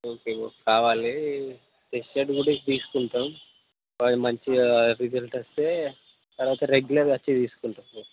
okay bro కావాలి tested గూడా తీసుకుంటాం అవి మంచిగా రిజల్ట్ వస్తే తర్వాత రెగ్యులర్గా వచ్చి తీసుకుంటాం